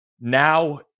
now